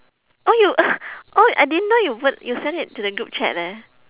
oh you oh I didn't know you put you send it to the group chat leh